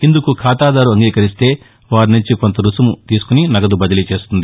ఇందుకు ఖాతాదారు అంగీకరిస్తే వారి నుంచి కొంత రుసుము తీసుకాని నగదు బదిలీ చేస్తుంది